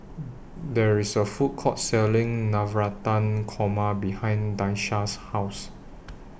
There IS A Food Court Selling Navratan Korma behind Daisha's House